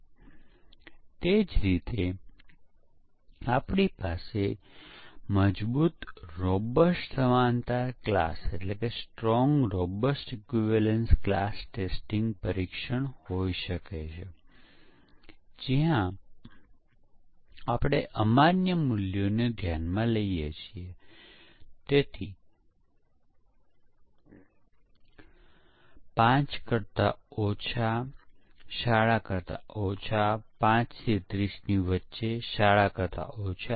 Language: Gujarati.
50 ટકા ચાન્સ છે કે તે કહેશે કે હું એક પ્રોગ્રામ ચકાસી રહ્યો છું અને તેનો અર્થ એ છે કે પ્રોગ્રામ ડેવલપમેન્ટના તમામ રોલ્સમાં સોફ્ટવેર પરીક્ષણમાં મહત્તમ તક છે કારણ કે મોટાભાગના મેન પાવરની પરીક્ષણ માં જરૂર હોય છે